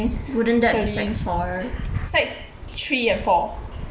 wouldn't that be sec three and four